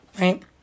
right